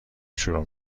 شروع